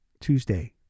Tuesday